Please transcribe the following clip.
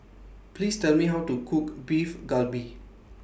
Please Tell Me How to Cook Beef Galbi